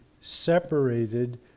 separated